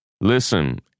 listen